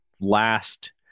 last –